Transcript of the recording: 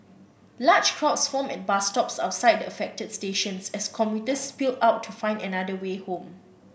large crowds formed at bus stops outside the affected stations as commuters spilled out to find another way home